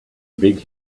big